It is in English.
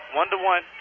one-to-one